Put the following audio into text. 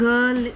Girl